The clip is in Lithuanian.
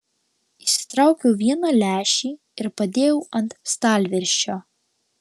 išsitraukiau vieną lęšį ir padėjau ant stalviršio